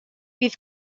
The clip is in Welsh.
bydd